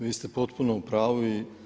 Vi ste potpuno u pravu.